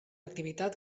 activitat